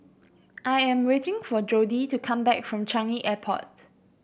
I am waiting for Jodie to come back from Changi Airport